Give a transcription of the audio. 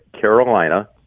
Carolina